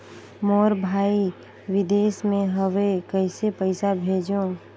मोर भाई विदेश मे हवे कइसे पईसा भेजो?